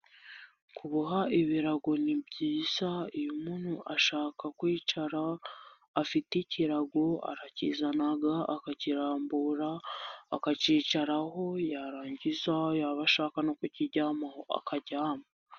Kuboha ibirago ni byiza iyo umuntu ashaka kwicara afite ikirago arakizana akakirambura akakicaraho yarangiza yaba ashaka no kukiryamaho akaryama.